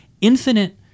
infinite